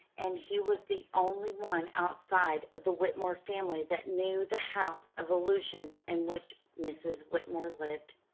and he was the only one outside of the whitmore family that knew the house of illusions in which mrs. whitmore lived.